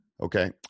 okay